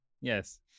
Yes